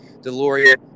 deloria